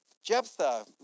Jephthah